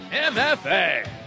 MFA